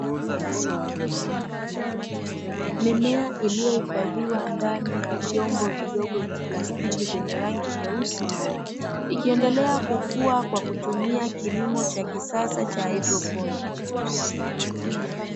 Mimea iliyohifadhiwa ndani ya vyombo vidogo vya plastiki vyenye rangi nyeusi, ikiendelea kukua kwa kutumia kilimo cha kisasa cha haidroponi.